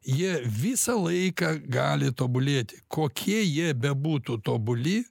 jie visą laiką gali tobulėti kokie jie bebūtų tobuli